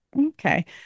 okay